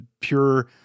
pure